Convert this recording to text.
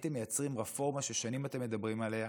הייתם מייצרים רפורמה ששנים אתם מדברים עליה.